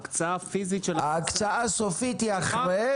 ההקצאה הפיזית של המכסות --- ההקצאה הסופית היא אחרי.